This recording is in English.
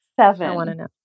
Seven